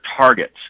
targets